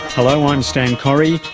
hello, i'm stan correy.